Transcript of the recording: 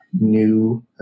new